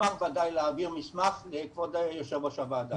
אשמח בוודאי להעביר מסמך לכבוד יו"ר הוועדה.